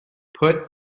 put